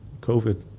COVID